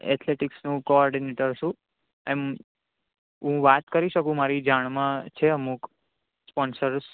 એથેલેટિક્સનો coordinator છું એમ હું વાત કરી શકું મારી જાણમાં છે અમુક સ્પોન્સર્સ